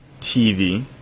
TV